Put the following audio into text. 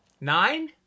nine